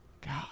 God